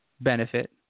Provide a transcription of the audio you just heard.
benefit